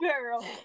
girl